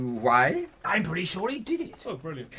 why? i'm pretty sure he did it. so brilliant.